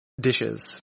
dishes